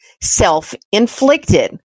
self-inflicted